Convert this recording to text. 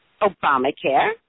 Obamacare